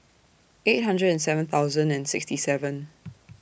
eight hundred and seven thousand and sixty seven